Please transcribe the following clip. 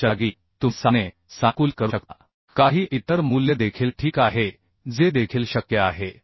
25 च्या जागी तुम्ही साधने सानुकूलित करू शकता काही इतर मूल्य देखील ठीक आहे जे देखील शक्य आहे